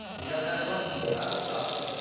you gotta have something. that'll stop em.